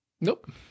Nope